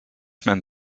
meant